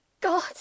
God